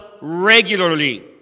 regularly